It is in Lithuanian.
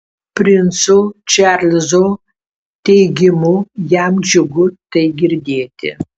princo čarlzo teigimu jam džiugu tai girdėti